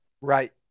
right